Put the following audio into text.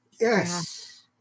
Yes